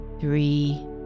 three